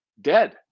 dead